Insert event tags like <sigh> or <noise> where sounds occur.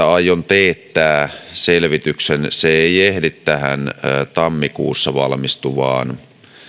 <unintelligible> aion teettää selvityksen se ei ehdi tähän tammikuussa valmistuvaan